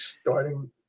starting